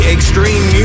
Extreme